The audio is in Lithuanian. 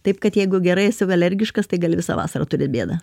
taip kad jeigu gerai esi alergiškas tai gali visą vasarą turėt bėdą